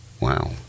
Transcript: Wow